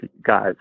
guys